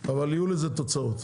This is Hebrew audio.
אך יהיו לזה תוצאות.